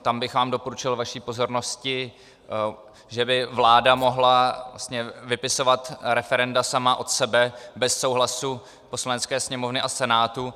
Tam bych doporučil vaší pozornosti, že by vláda mohla vypisovat referenda sama od sebe bez souhlasu Poslanecké sněmovny a Senátu.